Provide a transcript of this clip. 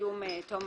סיום תום